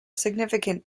significant